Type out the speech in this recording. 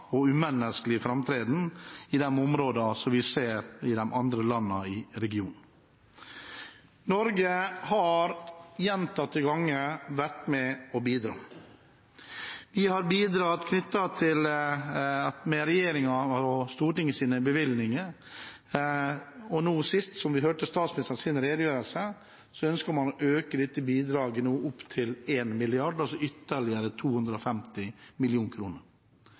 i områder i de andre landene i regionen. Norge har gjentatte ganger vært med og bidratt. Vi har bidratt med regjeringens og Stortingets bevilgninger, og nå sist, som vi hørte i statsministerens redegjørelse, ønsker man nå å øke dette bidraget til 1 mrd. kr, altså med ytterligere 250